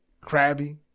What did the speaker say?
crabby